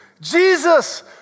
Jesus